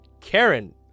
Karen